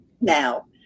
now